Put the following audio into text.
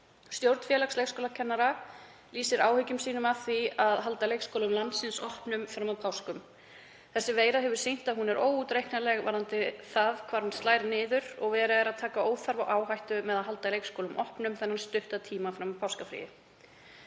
„Stjórn Félags leikskólakennara lýsir áhyggjum sínum af því að halda leikskólum landsins opnum fram að páskum. Þessi veira hefur sýnt að hún er óútreiknanleg varðandi það hvar hún slær niður og verið er að taka óþarfa áhættu með því að halda leikskólum opnum þennan stutta tíma fram að páskafríi.“